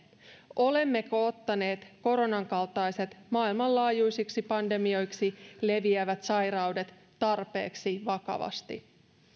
olemmeko ottaneet koronan kaltaiset maailmanlaajuisiksi pandemioiksi leviävät sairaudet tarpeeksi vakavasti